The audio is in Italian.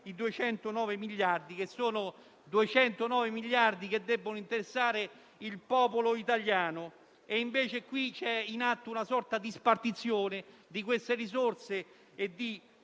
vale a dire i 209 miliardi che devono interessare il popolo italiano. Invece è in atto una sorta di spartizione di queste risorse e di